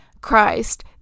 Christ